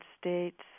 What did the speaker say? States